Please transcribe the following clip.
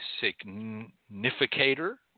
significator